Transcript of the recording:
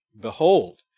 Behold